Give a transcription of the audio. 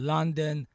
London